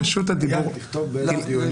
רשות הדיבור שלך.